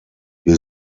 wir